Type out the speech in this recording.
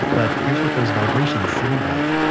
but here's what those vibrations sounds like.